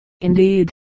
indeed